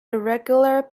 irregular